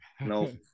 No